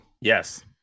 yes